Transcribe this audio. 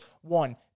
one